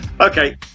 Okay